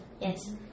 Yes